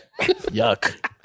yuck